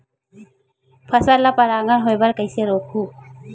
फसल ल परागण होय बर कइसे रोकहु?